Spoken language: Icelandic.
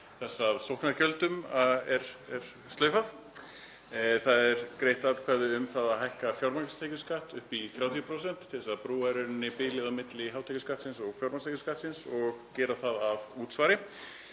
þess að sóknargjöldum er slaufað. Það eru greidd atkvæði um það að hækka fjármagnstekjuskatt upp í 30% til að brúa bilið á milli hátekjuskattsins og fjármagnstekjuskattsins og gera það að útsvari.